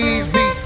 Easy